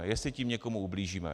Jestli tím někomu ublížíme.